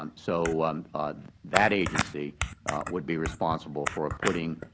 um so that agency would be responsible for putting